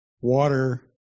water